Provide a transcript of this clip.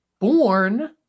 born